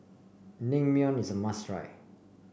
naengmyeon is a must try